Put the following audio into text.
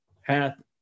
hath